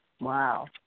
Wow